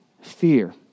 fear